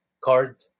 card